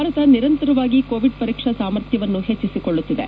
ಭಾರತ ನಿರಂತರವಾಗಿ ಕೋವಿಡ್ ಪರೀಕ್ಷಾ ಸಾಮರ್ಥ್ಯವನ್ನು ಹೆಚ್ಚಿಸಿಕೊಳ್ಳುತ್ತಿದೆ